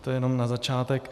To jenom na začátek.